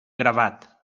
gravat